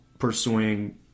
pursuing